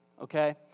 okay